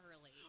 early